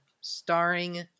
starring